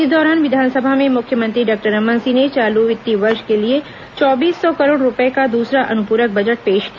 इस दौरान विधानसभा में मुख्यमंत्री डॉक्टर रमन सिंह ने चालू वित्तीय वर्ष के लिए चौबीस सौ करोड़ रूपये का दूसरा अनुप्रक बजट पेश किया